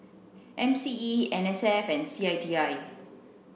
M C E N S F and C I T I